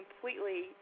completely